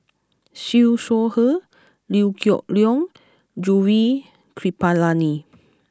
Siew Shaw Her Liew Geok Leong Gaurav Kripalani